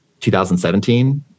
2017